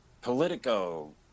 Politico